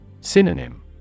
Synonym